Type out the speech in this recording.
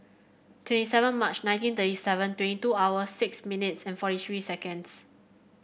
twenty seven March nineteen thirty seven twenty two hours six minutes and forty three seconds